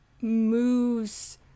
moves